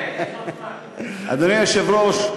אדוני היושב-ראש,